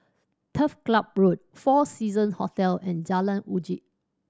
Turf Club Road Four Season Hotel and Jalan Uji